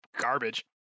garbage